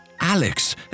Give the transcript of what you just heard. Alex